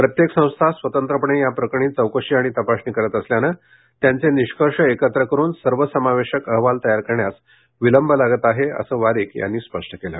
प्रत्येक संस्था स्वतंत्रपणे या प्रकरणी चौकशी आणि तपासणी करत असल्यानं त्यांचे निष्कर्ष एकत्र करुन सर्वसमावेशक अहवाल तयार करण्यास विलंब लागत आहे असं वारिक यांनी स्पष्ट केलं